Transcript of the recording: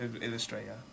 Illustrator